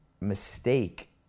mistake